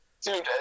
Dude